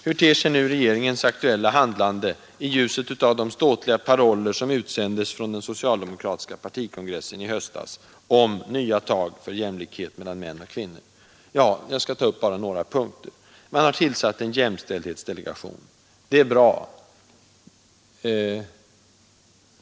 Hur ter sig nu regeringens aktuella handlande i ljuset av de ståtliga paroller som utsändes från den socialdemokratiska partikongressen i höstas? Jag skall ta upp några punkter. Man har tillsatt en jämställdhetsdelegation. Det är bra.